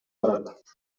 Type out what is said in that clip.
барат